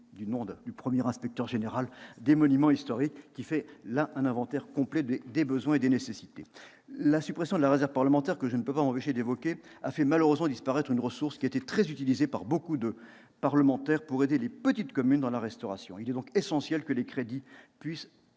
du nom du premier inspecteur général des monuments historiques ; cette base constitue un inventaire complet des besoins. La suppression de la réserve parlementaire, que je ne peux pas empêcher d'évoquer, a fait malheureusement disparaître une ressource très utilisée par beaucoup de parlementaires pour aider les petites communes dans la restauration. Il est donc essentiel que les crédits puissent